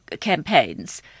campaigns